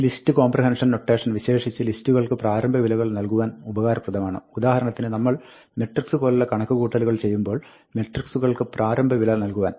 ഈ list comprehension notation വിശേഷിച്ച് ലിസ്റ്റുകൾക്ക് പ്രാരംഭവിലകൾ നൽകുവാൻ ഉപകാരപ്രദമാണ് ഉദാഹരണത്തിന് നമ്മൾ മട്രിക്സ് പോലുള്ള കണക്ക് കൂട്ടലുകൾ ചെയ്യുമ്പോൾ മട്രിക്സുൾക്ക് പ്രാരംഭ വില നല്കുവാൻ